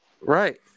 Right